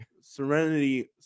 serenity